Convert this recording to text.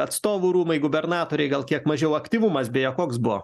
atstovų rūmai gubernatoriai gal kiek mažiau aktyvumas beje koks buvo